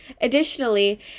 Additionally